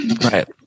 Right